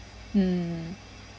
hmm